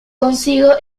consigo